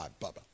Bubba